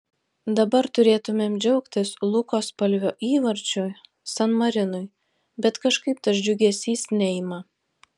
dabar turėtumėm džiaugtis luko spalvio įvarčiu san marinui bet kažkaip tas džiugesys neima